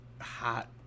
hot